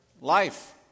Life